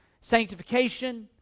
sanctification